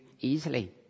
easily